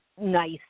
nice